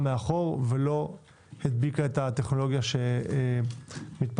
מאחור ולא הדביקה את הטכנולוגיה שמתפתחת.